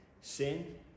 sin